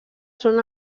són